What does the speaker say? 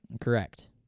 Correct